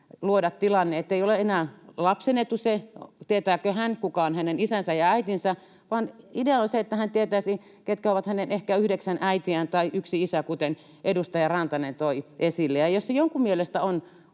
luoda tilanne, että ei ole enää lapsen etu, tietääkö hän, kuka on hänen isänsä ja äitinsä, vaan idea on se, että hän tietäisi, ketkä ovat hänen ehkä yhdeksän äitiään tai yksi isä, kuten edustaja Rantanen toi esille. Ja jos se jonkun mielestä on